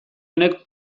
honek